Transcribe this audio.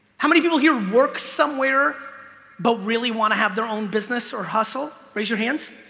how many people here work somewhere but really want to have their own business or hustle raise your hands